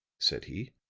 said he.